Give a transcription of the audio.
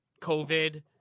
covid